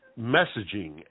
messaging